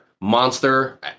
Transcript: monster